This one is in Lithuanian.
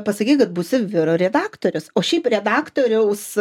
pasakei kad būsi vyr redaktorius o šiaip redaktoriaus